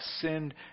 sinned